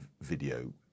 video